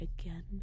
again